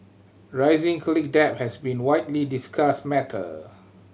rising college debt has been widely discussed matter